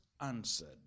answered